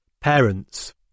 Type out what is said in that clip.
Parents